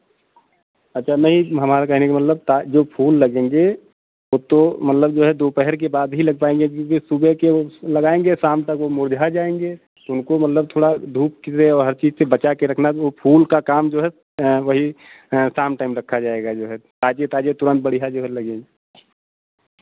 अच्छा नहीं हमारा कहने का मतलब था जो फूल लगेंगे वो तो मतलब जो है दोपहर के बाद ही लग पायेंगे क्योंकि सुबह के उसमें लगाएंगे तो शाम तक वो मुरझा जाएंगे तो उनको मतलब थोड़ा धूप से और हर चीज़ से बचा के रखना पड़ेगा फूल का काम जो है वही शाम टाइम रखा जाएगा जो है ताज़े ताज़े तुरंत जो है बढ़ियाँ लगेंगे